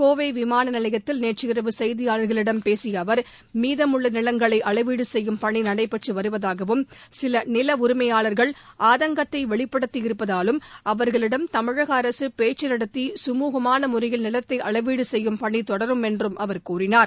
கோவை விமான நிலையத்தில் நேற்றிரவு செய்தியாளர்களிடம் பேசிய அவர் மீதமுள்ள நிலங்களை அளவீடு செய்யும் பணி நடைபெற்று வருவதாகவும் சில நில உரிமையாளர்கள் ஆதங்கத்தை வெளிப்படுத்தியிருந்தாலும் அவர்களிடம் தமிழக அரசு பேச்சு நடத்தி கழுகமான முறையில் நிலத்தை அளவீடு செய்யும் பணி தொடரும் என்றும் அவர் கூறினார்